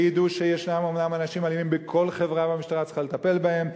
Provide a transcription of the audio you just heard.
וידעו שאומנם ישנם אנשים אלימים בכל חברה והמשטרה צריכה לטפל בהם.